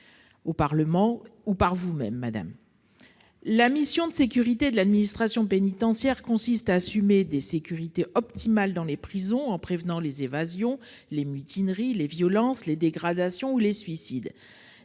au Parlement ou par vous-même, madame le garde des sceaux. La mission de sécurité de l'administration pénitentiaire consiste à assurer une sécurité optimale dans les prisons en prévenant les évasions, les mutineries, les violences, les dégradations ou les suicides.